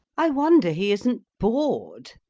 i wonder he isn't bored.